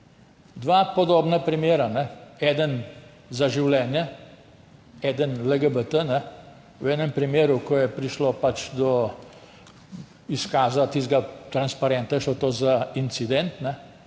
Dva podobna primera, eden za življenje, eden LGBT, v enem primeru, ko je prišlo do izkaza tistega transparenta, je šlo za incident,